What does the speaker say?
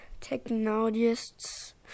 technologists